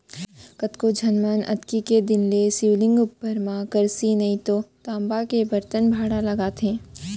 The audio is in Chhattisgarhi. कतको झन मन अक्ती के दिन ले शिवलिंग उपर म करसी नइ तव तामा के बरतन भँड़वा लगाथे